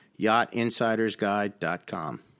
yachtinsidersguide.com